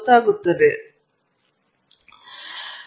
ಈಗ ಕೆಳಗೆ ಏನು ನಡೆಯುತ್ತಿದೆ